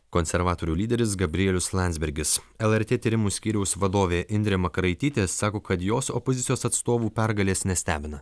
konservatorių lyderis gabrielius landsbergis lrt tyrimų skyriaus vadovė indrė makaraitytė sako kad jos opozicijos atstovų pergalės nestebina